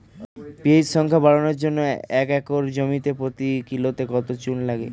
PH সংখ্যা বাড়ানোর জন্য একর প্রতি জমিতে কত কিলোগ্রাম চুন লাগে?